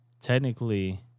technically